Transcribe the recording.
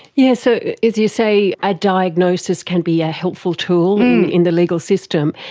yes, so, as you say, a diagnosis can be a helpful tool in the legal system,